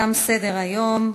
תם סדר-היום.